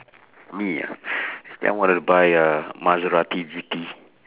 me ah I want to buy a maserati G_T